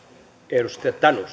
arvoisa herra